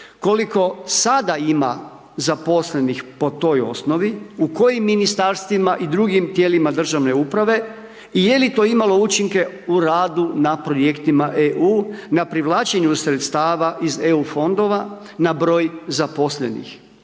koliko sada ima zaposlenih po toj osnovi, u kojim Ministarstvima i drugim tijelima državne uprave i je li to imalo učinke u radu na Projektima EU na privlačenju sredstava iz EU Fondova na broj zaposlenih.